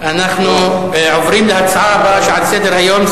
אנחנו עוברים להצעה הבאה לסדר-היום: